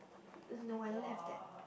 uh no I don't have that